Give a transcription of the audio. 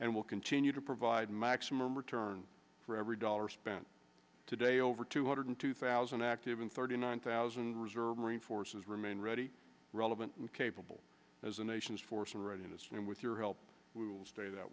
and will continue to provide maximum return for every dollar spent today over two hundred two thousand active and thirty nine thousand reserve forces remain ready relevant and capable as a nation's force and readiness and with your help we will stay that